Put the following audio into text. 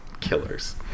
Killers